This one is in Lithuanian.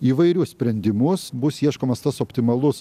įvairius sprendimus bus ieškomas tas optimalus